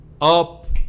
Up